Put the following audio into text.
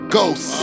Ghost